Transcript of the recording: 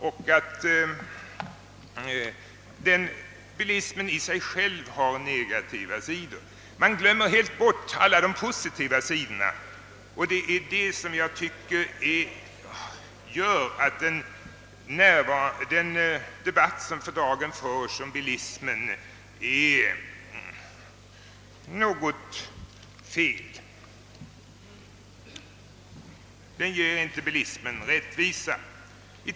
De som menar att bilismen i sig själv är någonting negativt glömmer alla de positiva sidorna, och det gör att den debatt som förs om bilismen inte ger bilismen rättvisa.